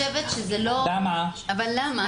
אבל למה?